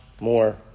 more